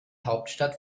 hauptstadt